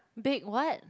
big what